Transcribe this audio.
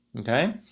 Okay